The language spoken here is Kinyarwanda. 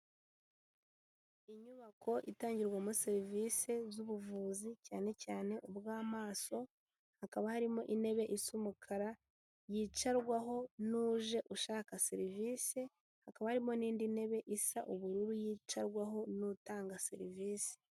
Inyubako itangirwamo serivisi z'ubuvuzi cyane cyane ubw'amaso, hakaba harimo intebe isa umukara yicarwaho n'uje ushaka serivisi, hakaba harimo n'indi ntebe isa ubururu yicarwaho n'utanga serivisi.